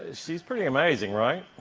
ah she's pretty amazing, right?